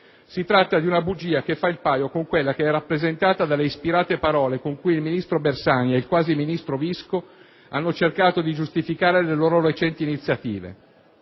Si tratta di una bugia che fa il paio con quella che è rappresentata dalle ispirate parole con cui il ministro Bersani e il vice ministro Visco hanno cercato di giustificare le loro recenti iniziative.